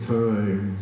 time